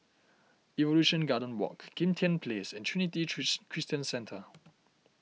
Evolution Garden Walk Kim Tian Place and Trinity Christian Centre